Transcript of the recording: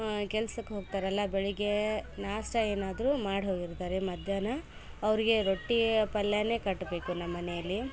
ಕೆಲ್ಸಕ್ಕೆ ಹೋಗ್ತಾರಲ್ಲ ಬೆಳಗ್ಗೆ ನಾಷ್ಟ ಏನಾದರೂ ಮಾಡಿ ಹೋಗಿರ್ತಾರೆ ಮಧ್ಯಾಹ್ನ ಅವರಿಗೆ ರೊಟ್ಟಿ ಪಲ್ಯನೇ ಕಟ್ಟಬೇಕು ನ ಮನೆಯಲ್ಲಿ